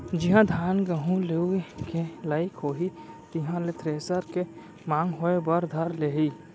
जिहॉं धान, गहूँ लुए के लाइक होही तिहां ले थेरेसर के मांग होय बर धर लेही